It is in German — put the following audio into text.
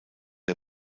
der